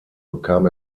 bekam